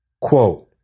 Quote